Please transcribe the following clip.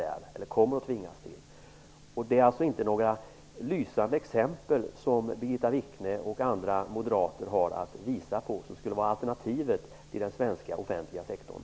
Birgitta Wichne och andra moderater har alltså inga lysande exempel på vad som skulle vara alternativet till den svenska offentliga sektorn.